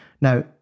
Now